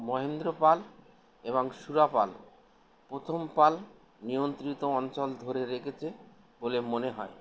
মহেন্দ্রপাল এবং শূরাপাল প্রথম পাল নিয়ন্ত্রিত অঞ্চল ধরে রেখেছে বলে মনে হয়